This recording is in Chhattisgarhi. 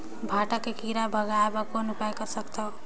भांटा के कीरा भगाय बर कौन उपाय कर सकथव?